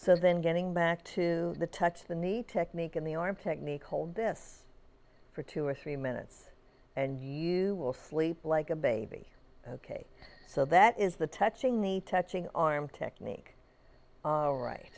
so then getting back to the touch the knee technique and the arm technique hold this for two or three minutes and you will sleep like a baby ok so that is the touching me touching arm technique right